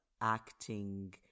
acting